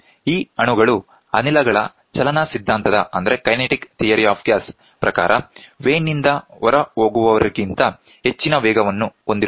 ಈ ಅಣುಗಳು ಅನಿಲಗಳ ಚಲನಸಿದ್ಧಾಂತದ ಪ್ರಕಾರ ವೇನ್ ನಿಂದ ಹೊರಹೋಗುವವರಿಗಿಂತ ಹೆಚ್ಚಿನ ವೇಗವನ್ನು ಹೊಂದಿರುತ್ತವೆ